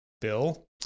bill